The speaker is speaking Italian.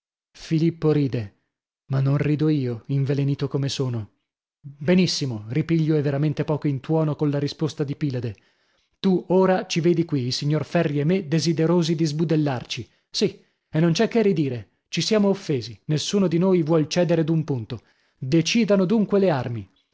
scappino filippo ride ma non rido io invelenito come sono benissimo ripiglio e veramente poco in tuono colla risposta di pilade tu ora ci vedi qui il signor ferri e me desiderosi di sbudellarci sì e non c'è che ridire ci siamo offesi nessuno di noi vuol cedere d'un punto decidano dunque le armi